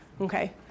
okay